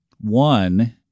One